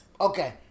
Okay